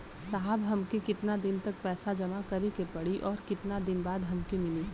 साहब हमके कितना दिन तक पैसा जमा करे के पड़ी और कितना दिन बाद हमके मिली?